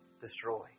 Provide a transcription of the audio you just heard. destroy